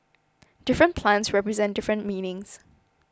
different plants represent different meanings